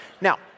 Now